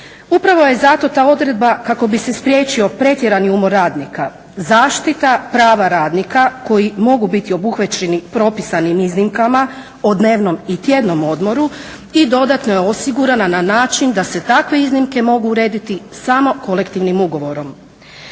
Upravo je zato ta odredba kako bi se spriječio pretjerani umor radnika zaštita prava radnika koji mogu biti obuhvaćeni propisanim iznimkama o dnevnom i tjednom odmoru i dodatno je osigurana na način da se takve iznimke mogu urediti samo kolektivnim ugovorom.